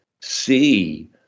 see